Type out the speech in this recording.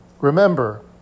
Remember